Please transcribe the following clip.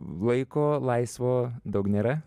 laiko laisvo daug nėra